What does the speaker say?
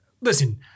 Listen